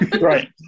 Right